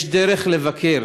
יש דרך לבקר,